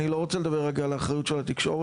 אני לא רוצה לדבר רגע על האחריות של התקשורת,